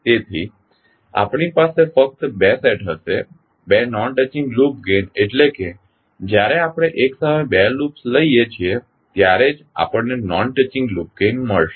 તેથી આપણી પાસે ફક્ત બે સેટ હશે બે નોન ટચિંગ લૂપ ગેઇન એટલે કે જ્યારે આપણે એક સમયે બે લૂપ્સ લઈએ છીએ ત્યારે જ આપણને નોન ટચિંગ લૂપ ગેઇન મળશે